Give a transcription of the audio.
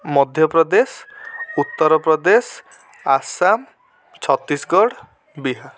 Madhya Pradesh Uttar Pradesh Assam Chhattisgarh Bihar